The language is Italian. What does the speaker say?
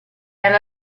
alla